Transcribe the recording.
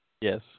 Yes